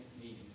meeting